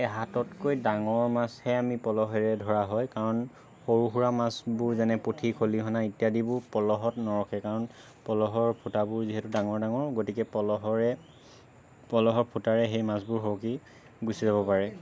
এহাততকৈ ডাঙৰ মাছহে আমি পলহেৰে ধৰা হয় কাৰণ সৰু সুৰা মাছবোৰ যেনে পুঠি খলিহনা ইত্যাদিবোৰ পলহত নৰখে কাৰণ পলহৰ ফুটাবোৰ যিহেতু ডাঙৰ ডাঙৰ গতিকে পলহৰে পলহৰ ফুটাৰে সেই মাছবোৰ সৰকি গুচি যাব পাৰে